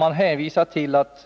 Man hänvisar till att